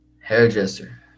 Hairdresser